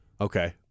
okay